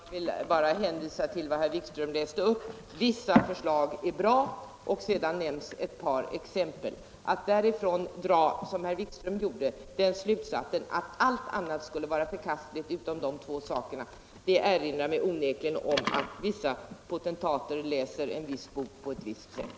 Herr talman! Jag vill bara hänvisa till vad herr Wikström läste upp —- vissa förslag är bra, och sedan nämns ett par exempel. Att därifrån, som herr Wikström gjorde, dra slutsatsen att allt utom de två exemplen skulle vara förkastligt erinrar mig osökt om att en viss potentat läser en viss bok på ett visst sätt.